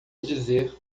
dizer